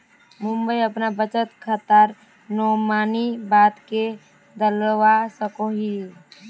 मुई अपना बचत खातार नोमानी बाद के बदलवा सकोहो ही?